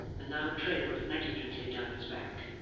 and now trailed negligently down his back.